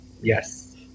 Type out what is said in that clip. Yes